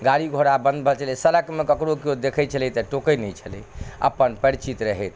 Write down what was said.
गाड़ी घोड़ा बन्द भऽ गेल छलै सड़कमे ककरो केओ देखै छलै तऽ टोकै नहि छलै अपन परिचित रहैत